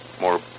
more